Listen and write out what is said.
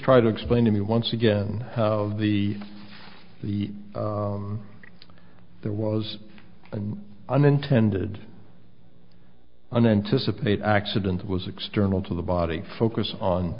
try to explain to me once again of the the there was an unintended unanticipated accident was external to the body focus on